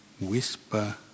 whisper